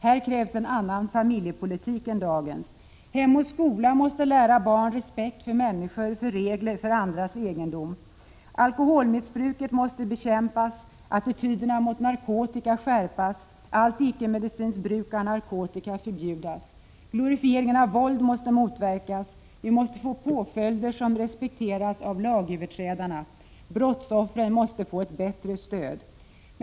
Här krävs en annorlunda familjepolitik än dagens. Hem och skola måste lära barnen respekt för människor, för regler, för andras egendom. Alkoholmissbruket måste bekämpas, attityderna mot narkotika skärpas och allt icke-medicinskt bruk av narkotika förbjudas. Glorifieringen av våld måste motverkas. Vi måste få påföljder som respekteras av lagöverträdarna. Brottsoffren måste få ett bättre stöd.